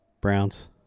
Browns